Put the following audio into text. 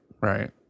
right